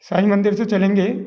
साईं मंदिर से चलेंगे